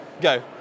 Go